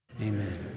Amen